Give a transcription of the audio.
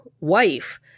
wife